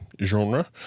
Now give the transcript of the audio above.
genre